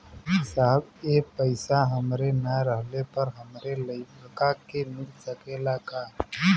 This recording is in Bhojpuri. साहब ए पैसा हमरे ना रहले पर हमरे लड़का के मिल सकेला का?